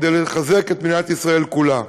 כדי לחזק את מדינת ישראל כולה.